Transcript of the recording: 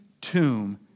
tomb